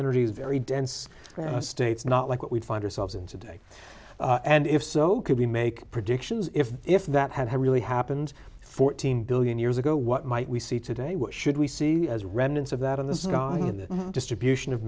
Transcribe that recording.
energies very dense states not like what we find ourselves in today and if so could we make predictions if if that had really happened fourteen billion years ago what might we see today what should we see as remnants of that in the song in the distribution of